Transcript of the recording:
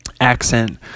accent